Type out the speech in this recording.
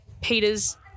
Peter's